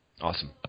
Awesome